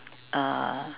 uh